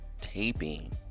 taping